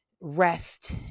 rest